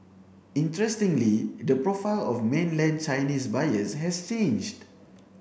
interestingly the profile of mainland Chinese buyers has changed